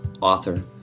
author